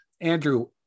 Andrew